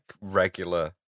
regular